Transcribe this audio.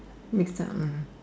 mixed up mah